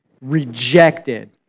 Rejected